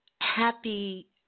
Happy